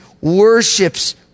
worships